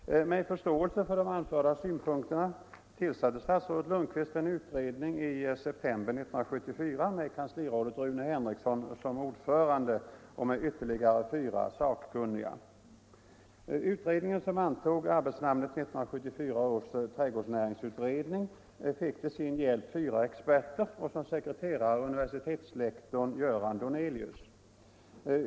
Med förståelse för de anförda synpunkterna tillsatte statsrådet Lundkvist en utredning i september 1974 med kanslirådet Rune Henriksson som ordförande och med ytterligare fyra sakkunniga. Utredningen, som antog arbetsnamnet 1974 års trädgårdsnäringsutredning, fick till sin hjälp fyra experter och som sekreterare universitetslektor Göran Donelius.